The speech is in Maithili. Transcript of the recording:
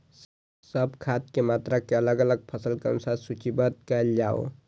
सब खाद के मात्रा के अलग अलग फसल के अनुसार सूचीबद्ध कायल जाओ?